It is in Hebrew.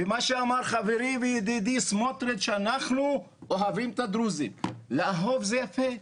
ומה שאמר חברי וידידי סמוטריץ' 'אנחנו אוהבים את הדרוזים' לאהוב זה יפה,